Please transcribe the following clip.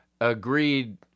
agreed